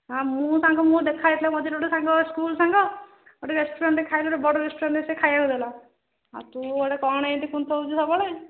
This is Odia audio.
ହଁ ମୁଁ ସାଙ୍ଗ ମୁଁ ଦେଖାହୋଇଥିଲା ମଝିରେ ଗୋଟେ ସାଙ୍ଗ ସ୍କୁଲ ସାଙ୍ଗ ଗୋଟେ ରେଷ୍ଟୁରାଣ୍ଟରେ ଖାଇବାକୁ ଦେଲା ବଡ଼ ରେଷ୍ଟୁରାଣ୍ଟରେ ସେ ଖାଇବାକୁ ଦେଲା ଆଉ ତୁ ଗୋଟେ କ'ଣ କୁନ୍ଥଉଛୁ ସବୁବେଳେ